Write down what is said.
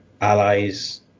allies